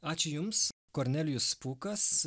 ačiū jums kornelijus pūkas